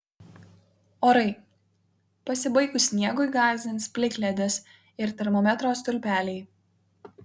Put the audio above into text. orai pasibaigus sniegui gąsdins plikledis ir termometro stulpeliai